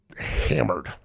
hammered